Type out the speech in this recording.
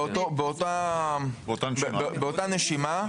באותה נשימה,